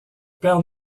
père